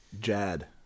Jad